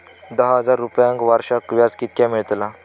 दहा हजार रुपयांक वर्षाक व्याज कितक्या मेलताला?